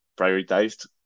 prioritized